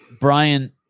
Brian –